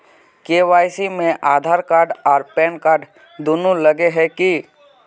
KYC में Aadhaar card आर PAN card दुनू लगे है की?